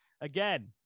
Again